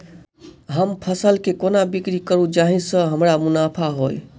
हम फसल केँ कोना बिक्री करू जाहि सँ हमरा मुनाफा होइ?